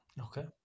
Okay